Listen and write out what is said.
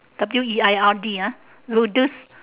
W E I R D ah weirdest